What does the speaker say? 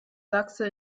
sachse